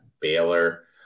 Baylor